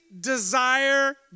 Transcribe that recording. desire